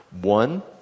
One